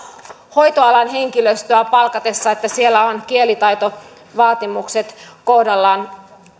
hoitoalan henkilöstöä palkatessa että siellä on kielitaitovaatimukset kohdallaan